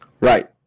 Right